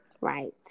Right